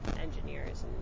engineers